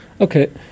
Okay